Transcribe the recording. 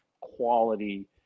Quality